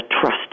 trust